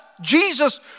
Jesus